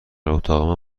اتاق